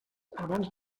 abans